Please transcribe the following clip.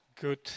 Good